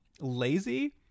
lazy